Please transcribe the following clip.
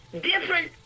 different